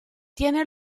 tiene